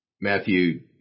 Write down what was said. Matthew